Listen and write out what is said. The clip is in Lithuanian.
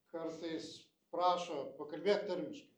kartais prašo pakalbėk tarmiškai